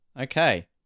Okay